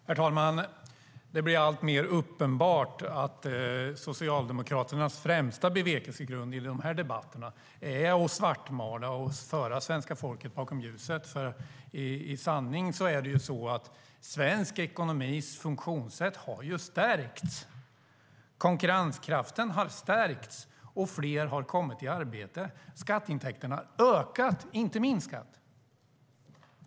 Herr talman! Det blir alltmer uppenbart att Socialdemokraternas främsta bevekelsegrund i dessa debatter är att svartmåla och föra svenska folket bakom ljuset. I sanning är det ju så att svensk ekonomis funktionssätt har stärkts. Konkurrenskraften har stärkts, och fler har kommit i arbete. Skatteintäkterna har ökat, inte minskat.